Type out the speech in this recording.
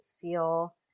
feel